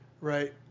right